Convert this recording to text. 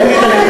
אין לי נתונים.